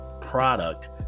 product